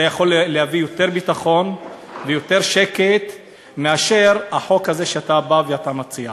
זה יכול להביא יותר ביטחון ויותר שקט מאשר החוק הזה שאתה מציע.